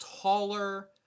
taller